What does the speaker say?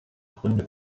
gründe